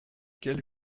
quels